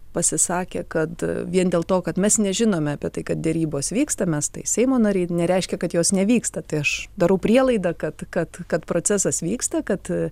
pasisakė kad vien dėl to kad mes nežinome apie tai kad derybos vyksta mes tai seimo nariai nereiškia kad jos nevyksta tai aš darau prielaidą kad kad kad procesas vyksta kad